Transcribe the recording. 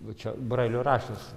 va čia brailio raštas